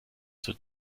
zur